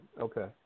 Okay